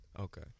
Okay